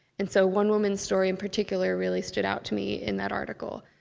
and so one woman's story in particular really stood out to me in that article.